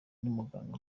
n’umuganga